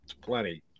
plenty